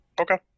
Okay